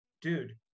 dude